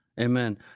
Amen